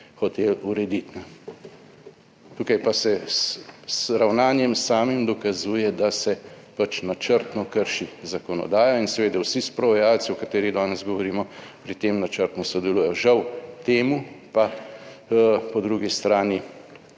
hoteli urediti. Tukaj pa se z ravnanjem samim dokazuje, da se pač načrtno krši zakonodajo in seveda vsi sprovajalci, o katerih danes govorimo, pri tem načrtno sodelujejo. Žal, temu pa po drugi strani